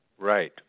Right